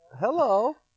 Hello